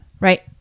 right